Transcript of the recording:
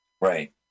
Right